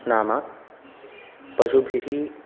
नाम पशुभिः